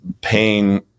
pain